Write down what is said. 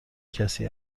کسی